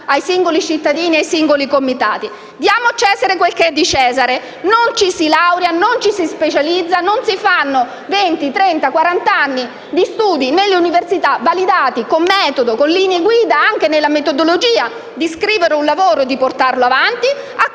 ai singoli cittadini e ai singoli comitati. Diamo a Cesare quel che è di Cesare: non ci si laurea, non ci si specializza, non si fanno venti, trenta, quarant'anni di studi nelle università - validati con metodo e linee guida anche nella metodologia di scrivere un lavoro e di portarlo avanti -